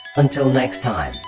until next time,